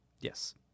Yes